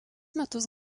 metus